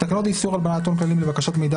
תקנות איסור הלבנת הון (כללים לבקשת מידע